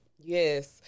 Yes